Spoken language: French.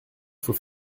faut